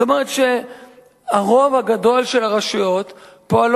זאת אומרת שהרוב הגדול של הרשויות פועל